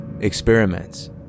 experiments